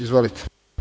Izvolite.